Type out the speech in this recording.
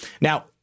Now